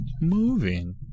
moving